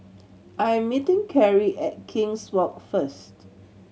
I am meeting Carrie at King's Walk first